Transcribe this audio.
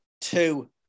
two